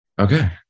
Okay